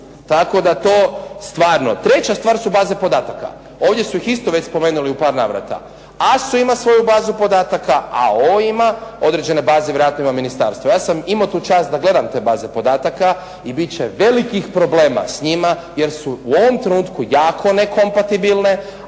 Tako da to stvarno. Treća stvar su baze podataka. Ovdje su ih isto već spomenuli u par navrata. ASSU ima svoju bazu podataka, AO ima, određene baze vjerojatno ima ministarstvo. Ja sam imao tu čast da gledam te baze podataka i bit će velikih problema s njima jer su u ovom trenutku jako nekompatibilne,